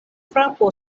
frapo